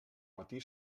matí